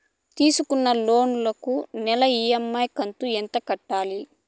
తీసుకుంటున్న లోను కు నెల ఇ.ఎం.ఐ కంతు ఎంత కట్టాలి?